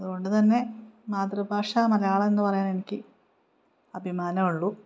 അതുകൊണ്ടുതന്നെ മാതൃഭാഷ മലയാളം എന്നു പറയാൻ എനിക്ക് അഭിമാനമേ ഉള്ളു